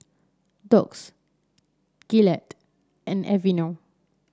Doux Gillette and Aveeno